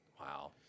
Wow